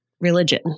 religion